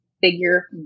figure